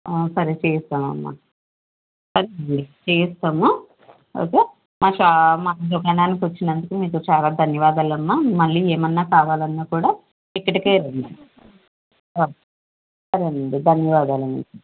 ఆ సరే చేయిస్తానమ్మా చేయిస్తాము ఓకే మా షాప్ మా దుకాణానికి వచ్చినందుకు మీకు చాలా ధన్యవాదాలమ్మా మళ్ళీ ఏమైనా కావాలన్న కుడా ఇక్కడికే రండి ఆ సరేనండి ధన్యవాదాలండి